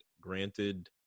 granted